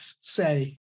say